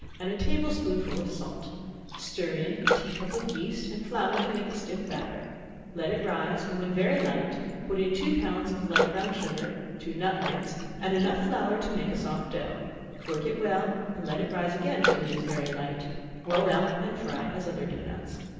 and a table-spoonful of salt stir in a tea-cup of yeast and flour to make a stiff batter let it rise, and when very light put in two pounds of light-brown sugar, two nutmegs, and enough flour to make a soft dough work it well and let it rise again till it is very light roll out and fry as other dough-nuts.